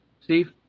Steve